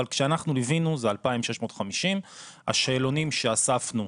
אבל כשאנחנו ליווינו זה 2,650. השאלונים שאספנו,